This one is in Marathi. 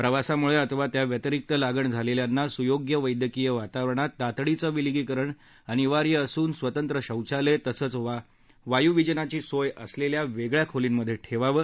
प्रवासामुळे अथवा त्या व्यतिरिक्त लागण झालेल्यांना सुयोग्य वैद्यकीय वातावरणात तातडीचं विलगीकरण अनिवार्य असून स्वतंत्र शौचालय तसचं वायुविजनाची सोय असलेल्या वेगळ्या खोलीमध्ये ठेवावं